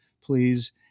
please